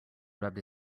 rubbed